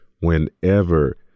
whenever